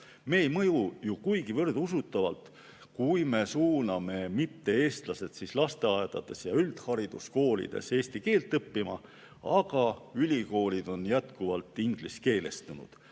Me ei mõju ju kuigivõrd usutavalt, kui me suuname mitte-eestlased lasteaedades ja üldhariduskoolides eesti keelt õppima, aga ülikoolid on jätkuvalt ingliskeelestunud.